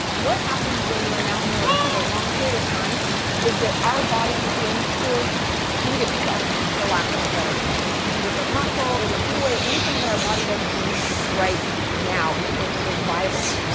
what happens when we're malnourished for a long period of time is that our body begins to eat itself, for lack of a better term. it can eat at our muscle, it'll eat away anything that our body doesn't need right now and for survival.